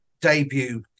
debut